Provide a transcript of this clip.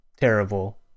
terrible